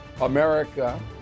America